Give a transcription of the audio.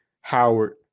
Howard